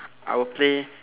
I will play